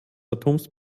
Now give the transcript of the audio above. atoms